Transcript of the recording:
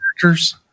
characters